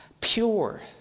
pure